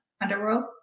underworld